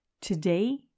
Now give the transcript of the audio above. Today